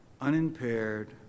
unimpaired